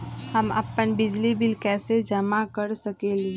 हम अपन बिजली बिल कैसे जमा कर सकेली?